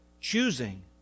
choosing